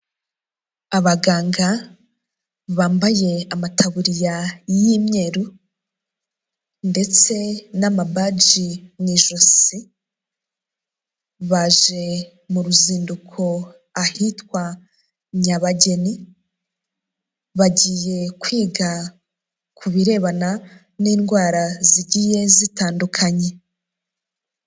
Abaganga bambaye amataburiya y'imyeru ndetse n'ama baji mu ijosi baje mu ruzinduko ahitwa Nyabageni, bagiye kwiga ku birebana n'indwara zigiye zitandukanye.